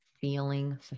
feeling